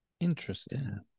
Interesting